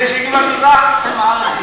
אלה שהגיעו מהמזרח הם מערבים.